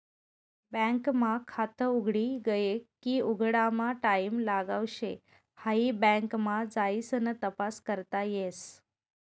bank मा खात उघडी गये की उघडामा टाईम लागाव शे हाई बँक मा जाइसन तपास करता येस